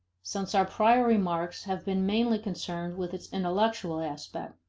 since our prior remarks have been mainly concerned with its intellectual aspect.